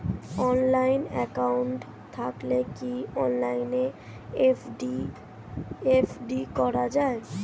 Online account থাকলে কি অনলাইনে এফ.ডি করা যায়?